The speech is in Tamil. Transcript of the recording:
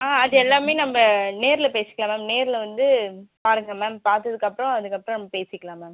ஆ அது எல்லாமே நம்ம நேர்ல பேசிக்கலாம் மேம் நேர்ல வந்து பாருங்கள் மேம் பார்த்ததுக்கப்பறம் அதுக்கப்புறம் நம்ம பேசிக்கலாம் மேம்